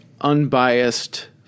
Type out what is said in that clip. unbiased